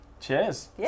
Cheers